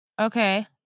okay